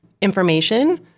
information